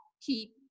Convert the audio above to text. keep